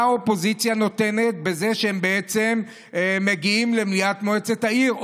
האופוזיציה נותנת בזה שהם בעצם מגיעים למליאת מועצת העיר,